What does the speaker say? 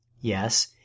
Yes